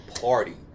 party